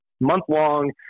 month-long